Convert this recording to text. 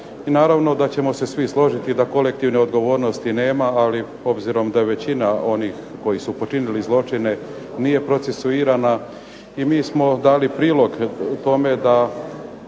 Naravno da ćemo se svi složiti da kolektivne odgovornosti nema, ali obzirom da većina onih koji su počinili zločine nije procesuirana, i mi smo dali prilog tome da